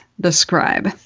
describe